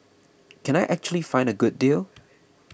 can I actually find a good deal